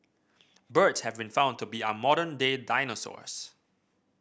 birds have been found to be our modern day dinosaurs